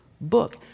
book